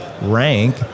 rank